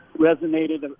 resonated